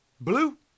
Blue